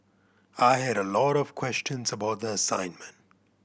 I had a lot of questions about the assignment